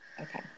Okay